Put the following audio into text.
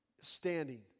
standing